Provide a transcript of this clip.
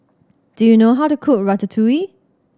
do you know how to cook Ratatouille